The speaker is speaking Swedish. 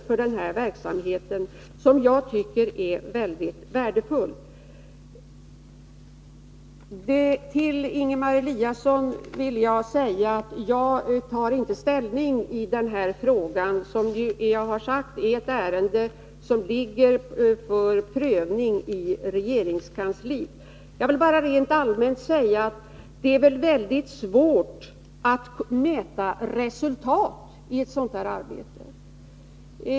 Jag vill sedan säga till Ingemar Eliasson att jag inte tar ställning till den fråga han tog upp, eftersom den berör ett ärende som ligger för prövning i regeringskansliet. Jag vill bara rent allmänt säga att det är väldigt svårt att mäta resultat i ett sådant här arbete.